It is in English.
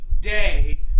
day